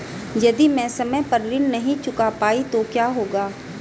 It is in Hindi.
यदि मैं समय पर ऋण नहीं चुका पाई तो क्या होगा?